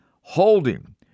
holding